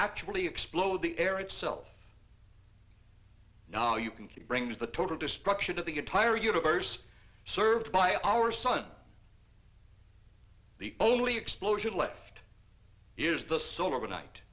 actually explode the air itself now you can keep brings the total destruction of the entire universe served by our sun the only explosion left is the solar with night